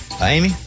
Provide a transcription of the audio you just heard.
Amy